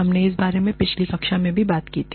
हमने इस बारे में पिछली कक्षा में बात की थी